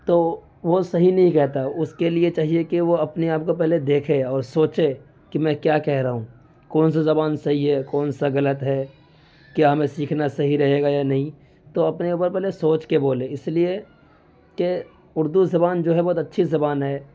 تو وہ صحیح نہیں کہتا ہے اس کے لیے چاہیے کہ وہ اپنے آپ کو پہلے دیکھے اور سوچے کہ میں کیا کہہ رہا ہوں کون سا زبان صحیح ہے کون سا غلط ہے کیا ہمیں سیکھنا صحیح رہے گا یا نہیں تو اپنے اوپر پہلے سوچ کے بولے اس لیے کہ اردو زبان جو ہے بہت اچھی زبان ہے